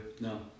No